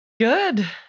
Good